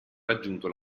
raggiunto